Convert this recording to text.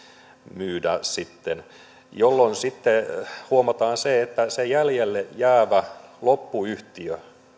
myydä jolloin sitten huomataan että jäljelle jäävän loppuyhtiön